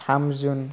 थाम जुन